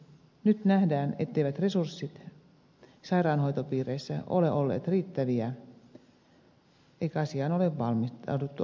nyt nähdään etteivät resurssit sairaanhoitopiireissä ole olleet riittäviä eikä asiaan ole valmistauduttu asianmukaisesti